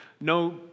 no